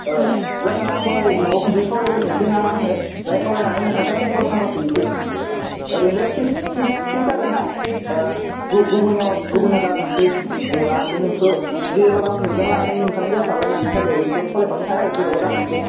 जागोन आंबो न'आव खनसे सावरायग्रोनोसै ना मा होनो ओमफ्राय सावरायनानै नोंथांखौ आं कल खालामफिननोसै ओरैनोलाय फिक्स आरो ना गुबुननियाव दा थांसै जेनेबा आंनो नोंखौ जेरैबाबो आं नोंखौनो लिंखानाय जाखाबाय बेनि थाखाय नोंखौ खावलायखानाय थाबाय आरो जेरावबो दा थांसै